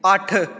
ਅੱਠ